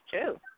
true